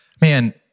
man